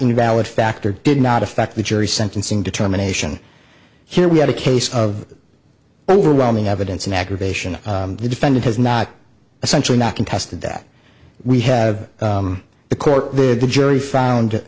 invalid factor did not affect the jury sentencing determination here we had a case of overwhelming evidence and aggravation the defendant has not essentially not contested that we have the court where the jury found